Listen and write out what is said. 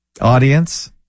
audience